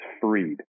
freed